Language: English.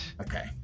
Okay